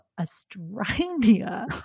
australia